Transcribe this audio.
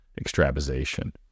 extravasation